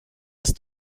ist